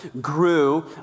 grew